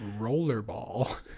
rollerball